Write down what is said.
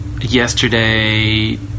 yesterday